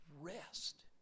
rest